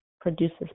produces